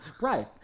right